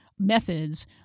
methods